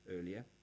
earlier